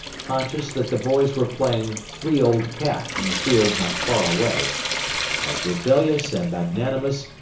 conscious that the boys were playing three old cat in the field not faraway as rebellious and magnanimous,